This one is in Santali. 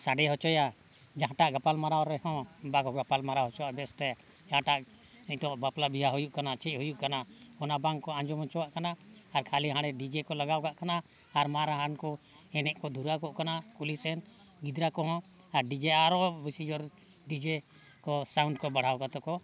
ᱥᱟᱰᱮ ᱦᱚᱪᱚᱭᱟ ᱡᱟᱦᱟᱸᱴᱟᱜ ᱜᱟᱯᱟᱞᱢᱟᱨᱟᱣ ᱨᱮᱦᱚᱸ ᱵᱟᱠᱚ ᱜᱟᱯᱟᱞᱢᱟᱨᱟᱣ ᱦᱚᱪᱚᱣᱟᱜᱼᱟ ᱵᱮᱥᱛᱮ ᱡᱟᱦᱟᱸᱴᱟᱜ ᱱᱤᱛᱚᱜ ᱵᱟᱯᱞᱟ ᱵᱤᱦᱟᱹ ᱦᱩᱭᱩᱜ ᱠᱟᱱᱟ ᱪᱮᱫ ᱦᱩᱭᱩᱜ ᱠᱟᱱᱟ ᱚᱱᱟ ᱵᱟᱝ ᱠᱚ ᱟᱸᱡᱚᱢ ᱦᱚᱪᱚᱣᱟᱜ ᱠᱟᱱᱟ ᱟᱨ ᱠᱷᱟᱹᱞᱤ ᱦᱟᱸᱰᱮ ᱰᱤᱡᱮ ᱠᱚ ᱞᱟᱜᱟᱣ ᱠᱟᱜ ᱠᱟᱱᱟ ᱟᱨ ᱢᱟᱨᱟᱱ ᱠᱚ ᱮᱱᱮᱡ ᱠᱚ ᱫᱷᱩᱨᱟᱣ ᱠᱚᱜ ᱠᱟᱱᱟ ᱠᱩᱞᱦᱤ ᱥᱮᱱ ᱜᱤᱫᱽᱨᱟᱹ ᱠᱚᱦᱚᱸ ᱟᱨ ᱰᱤᱡᱮ ᱟᱨᱚ ᱵᱤᱥᱤ ᱡᱳᱨ ᱰᱤᱡᱮ ᱠᱚ ᱥᱟᱣᱩᱱᱰ ᱠᱚ ᱵᱟᱲᱦᱟᱣ ᱠᱟᱛᱮᱫ ᱠᱚ